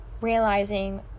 realizing